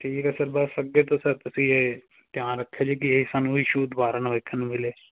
ਠੀਕ ਹੈ ਸਰ ਬਸ ਅੱਗੇ ਤੋਂ ਸਰ ਤੁਸੀਂ ਇਹ ਧਿਆਨ ਰੱਖਿਓ ਜੀ ਕਿ ਇਹ ਸਾਨੂੰ ਇਸ਼ੂ ਦੁਬਾਰਾ ਨਾ ਵੇਖਣ ਨੂੰ ਮਿਲੇ